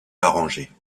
arrangés